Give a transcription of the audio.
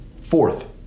Fourth